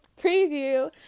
Preview